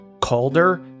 Calder